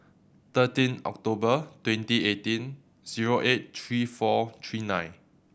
thirteen October twenty eighteen zero eight three four three nine